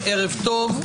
ערב טוב,